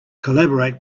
collaborate